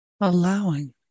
allowing